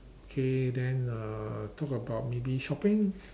okay then uh the talk about maybe shopping